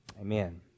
Amen